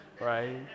right